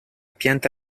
pianta